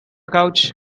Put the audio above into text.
couch